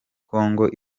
congo